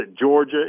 Georgia